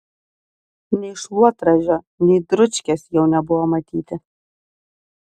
nei šluotražio nei dručkės jau nebuvo matyti